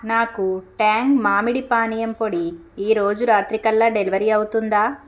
నాకు ట్యాంగ్ మామిడి పానీయం పొడి ఈరోజు రాత్రికల్లా డెలివరీ అవుతుందా